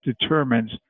determines